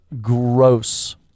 gross